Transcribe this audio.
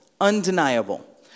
undeniable